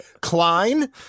Klein